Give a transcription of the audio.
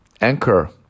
Anchor